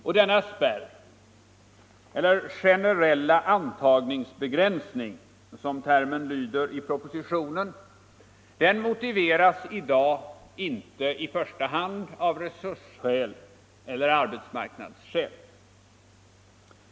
Och denna spärr — eller ”generella antagningsbegränsning”, som termen lyder i propositionen — motiveras i dag inte i första hand av resursskäl eller arbetsmarknadsskäl.